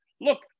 look